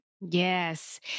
Yes